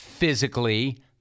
physically